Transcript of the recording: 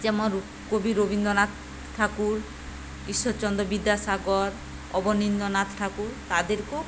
যেমন কবি রবীন্দ্রনাথ ঠাকুর ইশ্বরচন্দ্র বিদ্যাসাগর অবনীন্দ্রনাথ ঠাকুর তাদেরকও